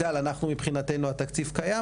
מבחינתנו התקציב קיים.